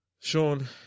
Sean